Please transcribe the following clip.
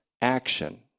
action